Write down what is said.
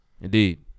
Indeed